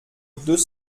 deux